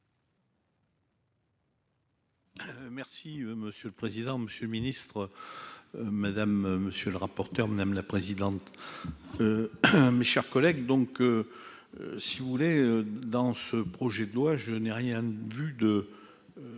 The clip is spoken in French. Merci monsieur le président, Monsieur le Ministre, madame, monsieur le rapporteur, madame la présidente, hein, mes chers collègues, donc si vous voulez dans ce projet de loi, je n'ai rien vu de